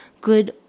good